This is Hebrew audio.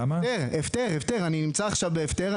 אני נמצא עכשיו בהפטר,